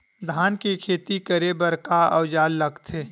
धान के खेती करे बर का औजार लगथे?